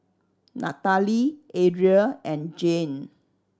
Nataly Adriel and Jane